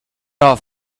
off